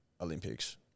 Olympics